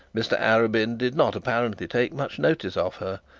mr arabin did not apparently take much notice of her,